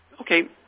Okay